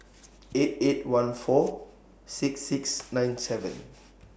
eight eight one four six six nine seven